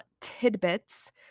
tidbits